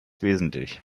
wesentlich